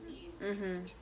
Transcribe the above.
mmhmm